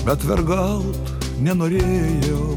bet vergaut nenorėjau